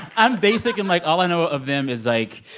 i'm basic. and, like, all i know of them is, like,